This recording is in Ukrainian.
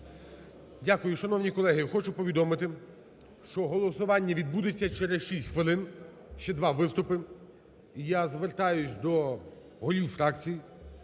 Дякую. Шановні колеги, хочу повідомити, що голосування відбудеться через 6 хвилин. Ще два виступи. І я звертаюся до голів фракцій,